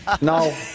No